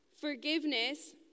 forgiveness